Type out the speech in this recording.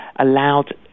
allowed